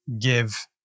give